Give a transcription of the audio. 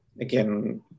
again